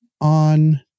on